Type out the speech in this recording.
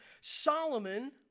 Solomon